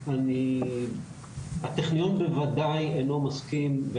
הטכניון בוודאי אינו מסכים,